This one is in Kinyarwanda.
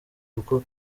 kuko